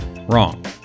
Wrong